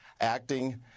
acting –